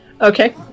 Okay